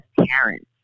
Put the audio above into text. parents